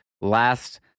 last